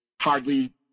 hardly